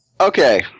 Okay